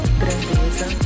grandeza